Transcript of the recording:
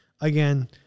Again